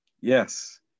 Yes